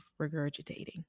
regurgitating